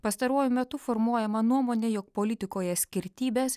pastaruoju metu formuojama nuomonė jog politikoje skirtybės